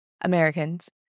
Americans